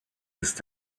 ist